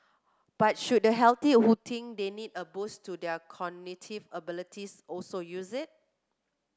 but should the healthy who think they need a boost to their cognitive abilities also use it